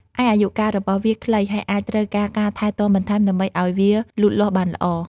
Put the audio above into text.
ឯអាយុកាលរបស់វាខ្លី ហើយអាចត្រូវការការថែទាំបន្ថែមដើម្បីឲ្យវាលូតលាស់បានល្អ។